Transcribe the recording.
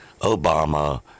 Obama